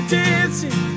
dancing